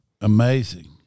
Amazing